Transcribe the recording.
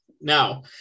now